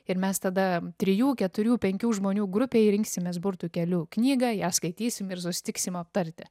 ir mes tada trijų keturių penkių žmonių grupėj rinksimės burtų keliu knygą jas skaitysim ir susitiksim aptarti